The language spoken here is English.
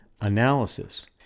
analysis